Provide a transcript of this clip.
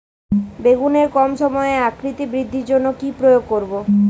বেগুনের কম সময়ে আকৃতি বৃদ্ধির জন্য কি প্রয়োগ করব?